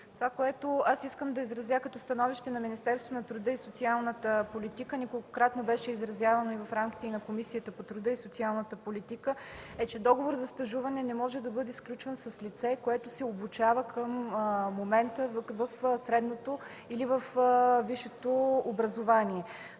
Това, което аз искам да изразя като становище на Министерството на труда и социалната политика неколкократно беше изразявано и в рамките на Комисията по труда и социалната политика е, че договор за стажуване не може да бъде сключен с лице, което се обучава към момента в средното или във висшето образование.